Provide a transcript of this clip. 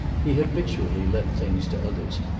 he habitually left things to others,